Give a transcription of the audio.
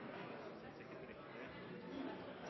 men vi så